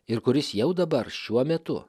ir kuris jau dabar šiuo metu